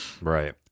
Right